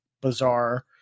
bizarre